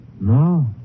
No